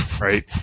right